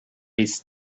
his